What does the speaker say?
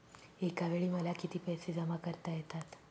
एकावेळी मला किती पैसे जमा करता येतात?